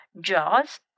Jaws